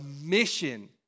mission